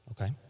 okay